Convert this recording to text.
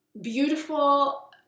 beautiful